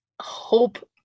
hope